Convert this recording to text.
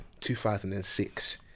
2006